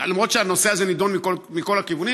למרות שהנושא הזה נדון מכל הכיוונים,